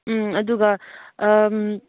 ꯎꯝ ꯑꯗꯨꯒ